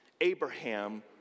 Abraham